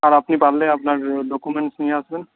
আর আপনি পারলে আপনার ডকুমেন্টস নিয়ে আসবেন